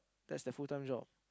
thats their full time job